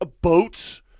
boats